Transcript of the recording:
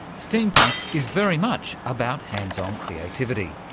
steampunk is very much about hands-on creativity.